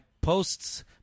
posts